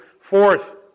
Fourth